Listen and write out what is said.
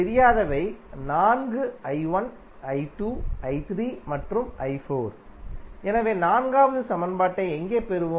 தெரியாதவை நான்கு மற்றும் எனவே நான்காவது சமன்பாட்டை எங்கே பெறுவோம்